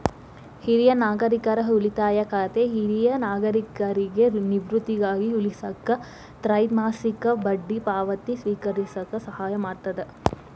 ಹಿರಿಯ ನಾಗರಿಕರ ಉಳಿತಾಯ ಖಾತೆ ಹಿರಿಯ ನಾಗರಿಕರಿಗಿ ನಿವೃತ್ತಿಗಾಗಿ ಉಳಿಸಾಕ ತ್ರೈಮಾಸಿಕ ಬಡ್ಡಿ ಪಾವತಿನ ಸ್ವೇಕರಿಸಕ ಸಹಾಯ ಮಾಡ್ತದ